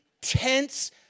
tense